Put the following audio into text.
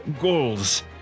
goals